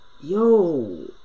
Yo